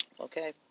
Okay